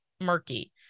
murky